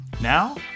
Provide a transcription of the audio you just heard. Now